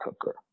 cooker